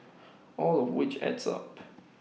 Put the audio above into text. all of which adds up